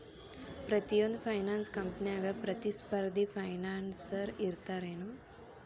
ಪ್ರತಿಯೊಂದ್ ಫೈನಾನ್ಸ ಕಂಪ್ನ್ಯಾಗ ಪ್ರತಿಸ್ಪರ್ಧಿ ಫೈನಾನ್ಸರ್ ಇರ್ತಾರೆನು?